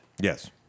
Yes